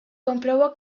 comprobó